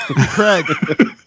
Craig